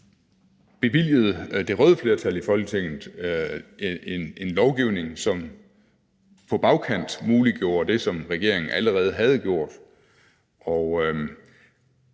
bevilgede det røde flertal i Folketinget en lovgivning, som på bagkant muliggjorde det, som regeringen allerede havde gjort.